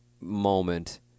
moment